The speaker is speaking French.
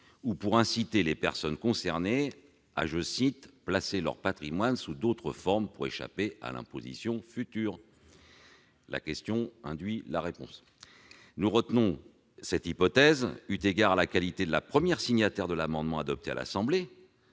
ou pour inciter les personnes concernées à « placer leur patrimoine sous d'autres formes pour échapper à l'imposition future »? La question induit la réponse. Nous retenons cette dernière hypothèse eu égard à la qualité de la première signataire de l'amendement adopté à l'Assemblée,